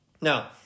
Now